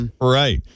Right